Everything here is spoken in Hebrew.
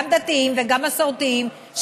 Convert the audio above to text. גם דתיים וגם מסורתיים,